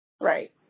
Right